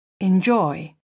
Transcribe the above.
enjoy